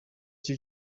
cyo